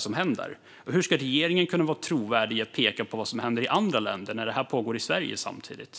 Och hur ska regeringen kunna vara trovärdig i att peka på vad som händer i andra länder när det här samtidigt pågår i Sverige?